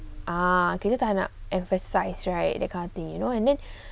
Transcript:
ah kita tak nak emphasize right that kind of thing you know and then